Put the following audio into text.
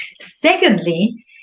Secondly